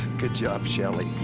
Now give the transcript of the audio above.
good job shelley.